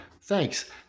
Thanks